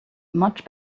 much